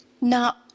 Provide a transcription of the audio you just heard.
Now